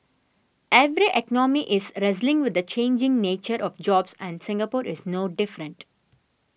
every economy is wrestling with the changing nature of jobs and Singapore is no different